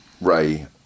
ray